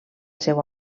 seu